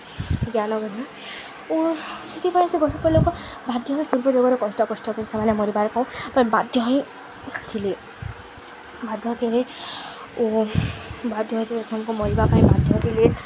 ଜ୍ଞାନ ଗୁନା ସେଥିପାଇଁ ସେ ଗରିବ ଲୋକ ବାଧ୍ୟ ହୋଇ ପୂର୍ବ ଯୁଗରେ କଷ୍ଟକଷ୍ଟ କରି ସେମାନେ ମରିବାରେ କ ବାଧ୍ୟ ହୋଇ ଥିଲେ ବାଧ୍ୟ ଥିଲେ ଓ ବାଧ୍ୟ ଥିଲେ ସେ ଲୋକ ମରିବା ପାଇଁ ବାଧ୍ୟ ଥିଲେ